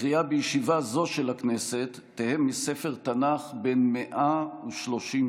הקריאה בישיבה זו של הכנסת תהא מספר תנ"ך בן 130 שנה.